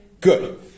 Good